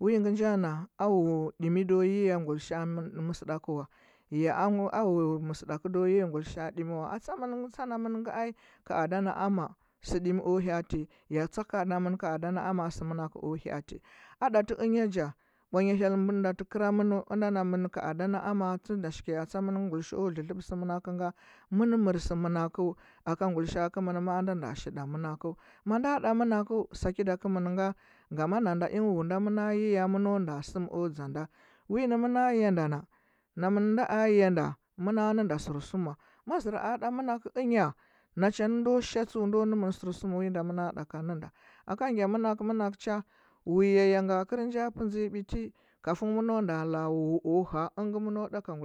wingɚ nja na a wu ɗimi do yiya ngulishao mɚn mɚsɚɗakɚwa ya a wu mɚ mɚsɚdakɚ do yiya ngulishaa ɗimi wa. Atsamɚn, atsa namungɚ ai, ka ada na ama sɚ ɗimi o hyaati, ya tsa ka namɚn ka ado na ama sɚmɚnako hyati a tati ɚnya ja bwanyo hyel mɚdɚndatɚ kɚramɚnɚu, ɚnda nɚmɚn ka ada na ama tunda shike atsa namɚngɚ ngulishao dlɚ ɚlɚ bɚ sɚ mɚnakɚnga mɚn mɚr sɚmɚnakau aka ngulishaa hɚmɚn man nda nda shilda mɚnnkdu manda ɗa mɚnakɚu bakida kɚmɚn nga, ngama nanda ingɚ wu nda mɚna chiya mɚno nda sɚmo dzanda winɚ mɚna yanda no, namɚnda a yanda muna nɚnda bɚrsuma ma zɚra ɗa mɚnakɚ ɚnya nachanɚ nda sha tsu ndo nɚmɚn sɚrɚum tsu winda mɚna ɗaka nɚnda. Aka ngya mɚnakɚu mɚnakɚ cha wu yayanga kɚr nja pɚndzɚnyi biti kofun mɚno nda la wua o hea ɚngɚ mɚno ɗa ka ngu.